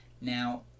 Now